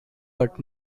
but